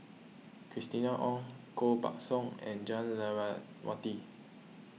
Christina Ong Koh Buck Song and Jah Lelawati